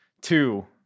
two